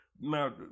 now